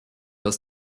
aus